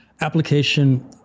application